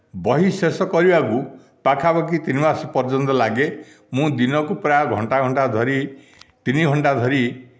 ବହି ଶେଷ କରିବାକୁ ପାଖାପାଖି ତିନି ମାସ ପର୍ଯ୍ୟନ୍ତ ଲାଗେ ମୁଁ ଦିନକୁ ପ୍ରାୟ ଘଣ୍ଟା ଘଣ୍ଟା ଧରି ତିନି ଘଣ୍ଟା ଧରି